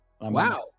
Wow